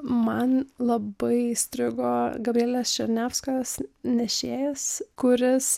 man labai įstrigo gabrielės černiavskos nešėjas kuris